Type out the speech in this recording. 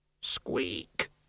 Squeak